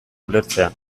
ulertzea